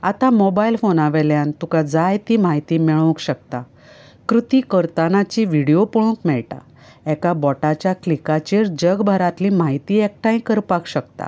आतां मोबायल फोना वेल्यान तुमकां जाय ती म्हायती मेळोवंक शकता कृती करतनाची व्हिडियो पळोवंक मेळटा एका बोटाच्या क्लिकाचेर जग भरातली म्हायती एकठांय करपाक शकता